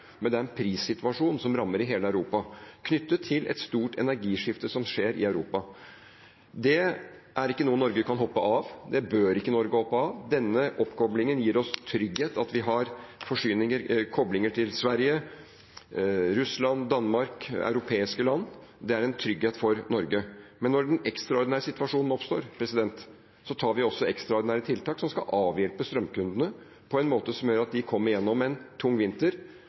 men at det er en prissituasjon som rammer hele Europa knyttet til et stort energiskifte som skjer i Europa. Det er ikke noe Norge kan hoppe av, og det bør ikke Norge hoppe av. Denne oppkoblingen gir oss trygghet – det at vi har koblinger til Sverige, Russland, Danmark og europeiske land. Det er en trygghet for Norge. Men når den ekstraordinære situasjonen oppstår, setter vi også inn ekstraordinære tiltak som skal avhjelpe strømkundene på en måte som gjør at de kommer gjennom en tung vinter,